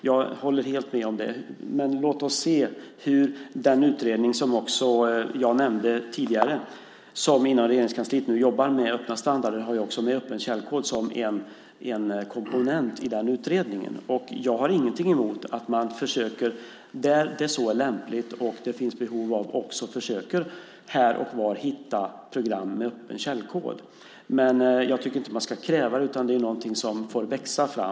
Jag håller helt med om det. Den utredning som jag nämnde tidigare som jobbar inom Regeringskansliet med öppna standarder har också med öppen källkod som en komponent i den utredningen. Jag har ingenting emot att man försöker, där det så är lämpligt och där det finns behov av det, hitta program med öppen källkod. Men jag tycker inte att man ska kräva det, utan det är någonting som får växa fram.